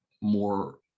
more